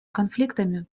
конфликтами